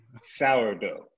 sourdough